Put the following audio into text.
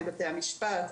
מבתי המשפט,